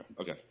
Okay